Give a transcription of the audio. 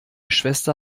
schwester